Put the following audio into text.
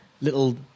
little